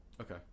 okay